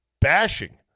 bashing